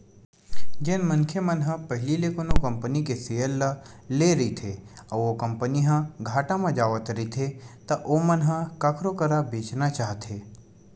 जेन मनखे मन ह पहिली ले कोनो कंपनी के सेयर ल लेए रहिथे अउ ओ कंपनी ह घाटा म जावत रहिथे त ओमन ह कखरो करा बेंचना चाहथे